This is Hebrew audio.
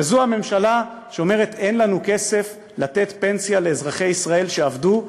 וזו הממשלה שאומרת: אין לנו כסף לתת פנסיה לאזרחי ישראל שעבדו,